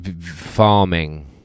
Farming